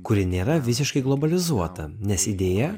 kuri nėra visiškai globalizuota nes idėja